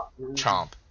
chomp